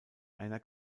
einer